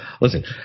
Listen